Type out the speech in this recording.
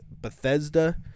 Bethesda